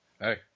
Hey